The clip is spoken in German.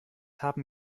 haben